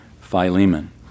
Philemon